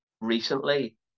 recently